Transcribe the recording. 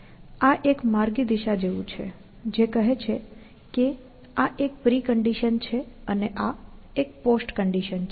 આ એક માર્ગી દિશા જેવું છે જે કહે છે કે આ એક પ્રિકન્ડિશન છે અને આ એક પોસ્ટ કન્ડિશન છે